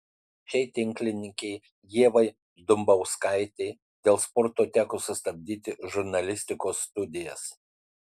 štai tinklininkei ievai dumbauskaitei dėl sporto teko sustabdyti žurnalistikos studijas